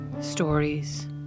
...stories